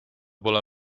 pole